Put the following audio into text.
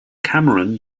cameron